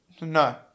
No